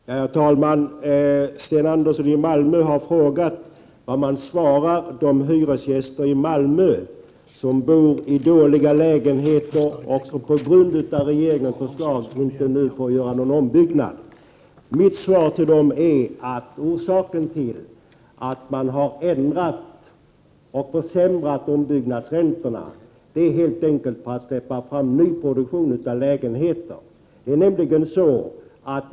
Herr talman! Sten Andersson i Malmö har frågat vad jag svarar de hyresgäster i Malmö som bor i dåliga lägenheter, som på grund av regeringens förslag nu inte får någon ombyggnad. Mitt svar till dem är att orsaken till att ombyggnadsräntorna har ändrats och försämrats är att nyproduktion av lägenheter skall släppas fram.